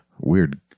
weird